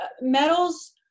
metals